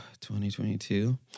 2022